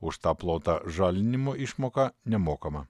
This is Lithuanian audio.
už tą plotą žalinimo išmoka nemokama